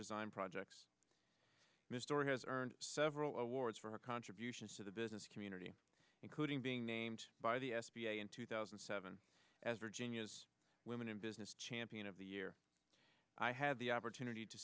design projects missed or has earned several awards for her contributions to the business community including being named by the s b a in two thousand and seven as virginia's women in business champion of the year i had the opportunity to